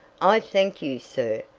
i thank you, sir,